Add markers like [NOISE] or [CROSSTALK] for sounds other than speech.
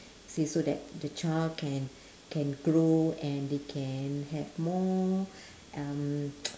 say so that the child can can grow and they can have more um [NOISE]